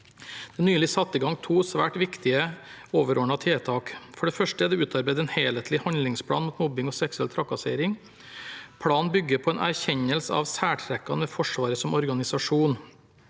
er nylig satt i gang to svært viktige, overordnede tiltak. For det første er det utarbeidet en helhetlig handlingsplan mot mobbing og seksuell trakassering. Planen bygger på en erkjennelse av særtrekkene ved Forsvaret som organisasjon.